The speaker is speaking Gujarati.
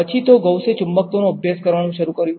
પછી તો ગૌસે ચુંબકત્વનો અભ્યાસ કરવાનું શરૂ કર્યું